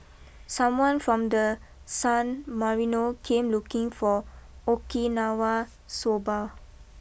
someone from the San Marino came looking for Okinawa Soba